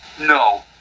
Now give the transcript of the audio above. no